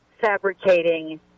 fabricating